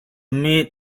maid